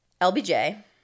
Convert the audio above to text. LBJ